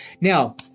Now